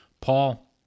Paul